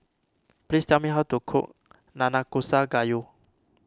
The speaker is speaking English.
please tell me how to cook Nanakusa Gayu